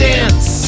Dance